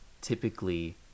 typically